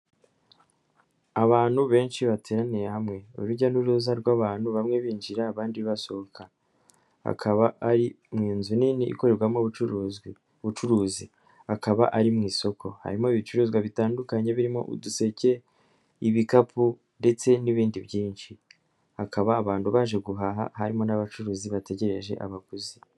Abantu benshi bateraniye hamwe, urujya n'uruza rw'abantu bamwe binjira abandi basohoka, akaba ari mu nzu nini ikorerwamo ubucuruzi akaba ari mu isoko, harimo ibicuruzwa bitandukanye birimo uduseke, ibikapu, ndetse n'ibindi byinshi. Hakaba abantu baje guhaha harimo n'abacuruzi bategereje abaguzi.